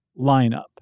lineup